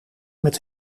met